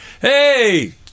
Hey